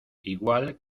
igual